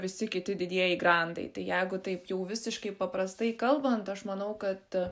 visi kiti didieji grandai tai jeigu taip jų visiškai paprastai kalbant aš manau kad